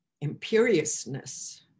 imperiousness